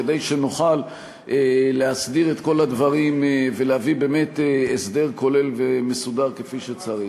כדי שנוכל להסדיר את כל הדברים ולהביא באמת הסדר כולל ומסודר כפי שצריך.